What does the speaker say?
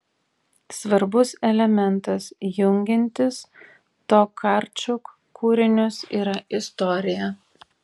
svarbus elementas jungiantis tokarčuk kūrinius yra istorija